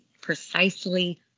precisely